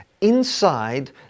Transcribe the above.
inside